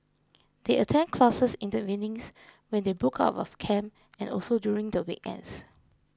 they attend classes in the evenings when they book out of camp and also during the weekends